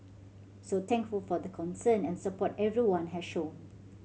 so thankful for the concern and support everyone has shown